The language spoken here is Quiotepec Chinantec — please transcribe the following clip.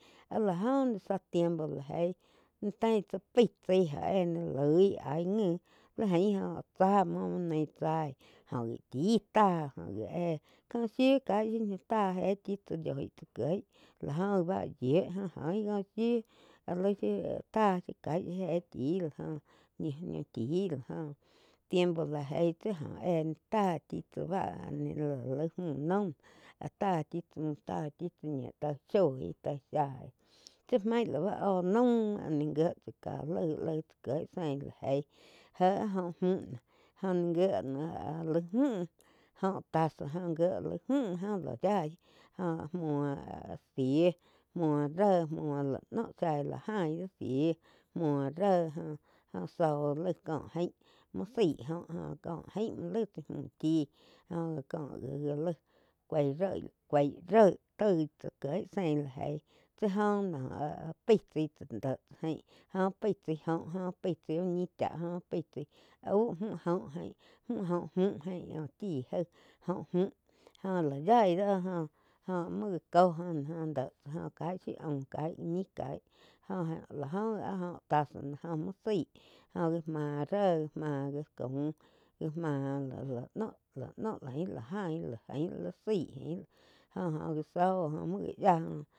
Ah la joh zá tiempo la eih tein tsá pei tsai óh eh loi laig óh tsa muo ni tzai joh wi chí táh óh gi éh có shiu caih shiu ñiu táh éh chíh tsá yoi tsá kieg la jó gi bá yiu joh oigi kó shiu áh laig shiu táh zá caíh éh chí la joh ñiu-ñiu chi la joh, tiempo la jei tsi oh éh ni tá chí tsá báh ni la laig mü noh áh tá chi tsá múh, tá chi tsá ñiuh toi shoi toi shai ti maig lau óh naum áh ni gíe tsá ká laig. Laí tsá kieg zein la jeí jéh áh joh muh noh, jo ni jié lai mju óh tasa óh jié múh la yaí joh muo zíh muo ré la noh shai la jain do shí muo ré joh joh zóh laig có jain muo záig joh oh có jaim muo laig tsái múh chí joh có já laig cuoi roi toi chá kieh sein la jei tsi oh noh áh paí tsai tsáh déh tsá jain jo pei tsai joh pai tsaí úh ñi cháh joh pai chaí au mju óh ain mju óh mju ain úh chí jaig óh mju óh lá yaí do joh. Ja koh muo já co jo na óh deh tsá caig shiu aum caig ñih caig jóh lá joh gi áh óh tasa la joh muo zaí joh já má réh já máh jáh caum jáh máh lá noh ain la jain ain la zaí ain jo-jo gá zó muo gá yía.